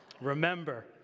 Remember